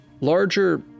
larger